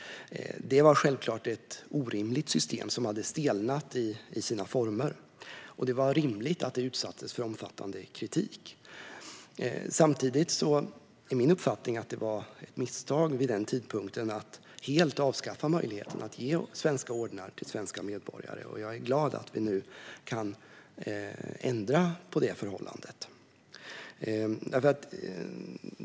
Detta var självklart ett orimligt system som hade stelnat i sina former, och det var rimligt att det utsattes för omfattande kritik. Samtidigt är min uppfattning att det var ett misstag vid den tidpunkten att helt avskaffa möjligheten att ge svenska ordnar till svenska medborgare, och jag är glad att vi nu kan ändra på det förhållandet.